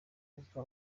abakobwa